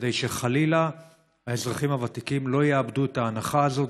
כדי שחלילה האזרחים הוותיקים לא יאבדו את ההנחה הזאת.